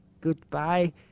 Goodbye